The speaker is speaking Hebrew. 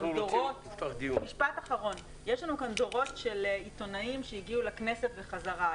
פה דורות של עיתונאים שהגיעו לכנסת וחזרה.